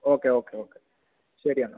okay okay okay ശരി എന്നാൽ